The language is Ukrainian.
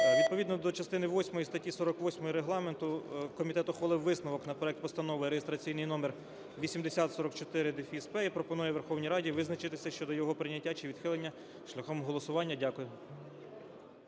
Відповідно до частини восьмої статті 48 Регламенту комітет ухвалив висновок на проект Постанови реєстраційний номер 8044-П і пропонує Верховній Раді визначитися щодо його прийняття чи відхилення шляхом голосування. Дякую.